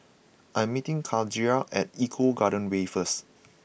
I am meeting Kadijah at Eco Garden Way first